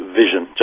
vision